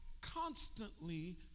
constantly